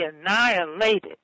annihilated